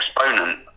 Exponent